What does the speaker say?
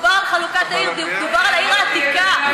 שכשדובר על חלוקת העיר, דובר על העיר העתיקה.